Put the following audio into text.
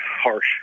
harsh